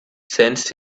sensed